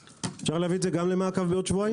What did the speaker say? אפשר להביא את זה למעקב בעוד שבועיים?